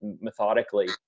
methodically